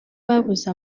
babuze